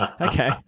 Okay